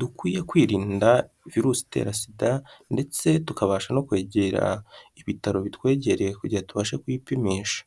dukwiye kwirinda virusitera sida ndetse tukabasha no kwegera ibitaro bitwegereye kugira ngo tubashe kuyipimisha.